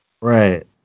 Right